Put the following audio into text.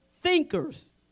Thinkers